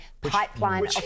pipeline